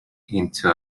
into